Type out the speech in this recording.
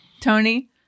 Tony